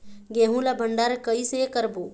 गेहूं ला भंडार कई से करबो?